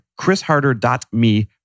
chrisharder.me